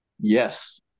Yes